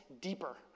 deeper